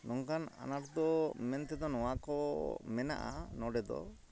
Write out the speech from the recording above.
ᱱᱚᱝᱠᱟᱱ ᱟᱱᱟᱴᱫᱚ ᱢᱮᱱᱛᱮᱫᱚ ᱱᱚᱣᱟ ᱠᱚ ᱢᱮᱱᱟᱜᱼᱟ ᱱᱚᱰᱮᱫᱚ